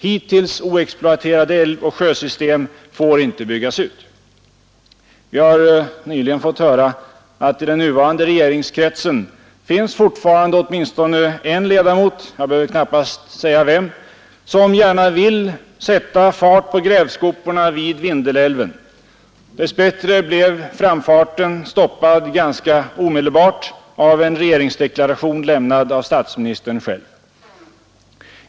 Hittills oexploaterade älvoch sjösystem får inte byggas ut.” Vi har nyligen fått höra att i den nuvarande regeringskretsen finns fortfarande åtminstone en ledamot — jag behöver knappast säga vem — som gärna vill sätta fart på grävskoporna vid Vindelälven. Dess bättre blev framfarten stoppad ganska omedelbart av en regeringsdeklaration, lämnad av statsministern själv.